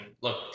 look